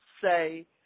say